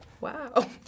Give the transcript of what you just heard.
Wow